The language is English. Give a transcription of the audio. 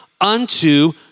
unto